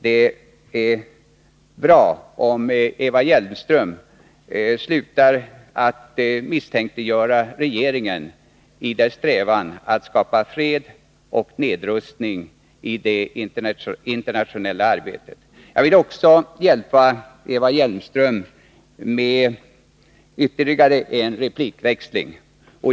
Det är bra om Eva Hjelmström slutar att misstänkliggöra regeringen när det gäller dess strävan att få till stånd fred och nedrustning på det internationella fältet. Jag vill också hjälpa Eva Hjelmström med ytterligare en replikväxling.